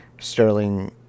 Sterling